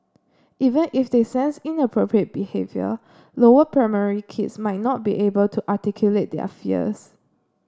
even if they sense inappropriate behaviour lower primary kids might not be able to articulate their fears